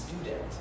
student